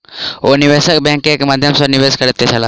ओ निवेशक बैंक के माध्यम सॅ निवेश करैत छलाह